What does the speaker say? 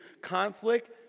Conflict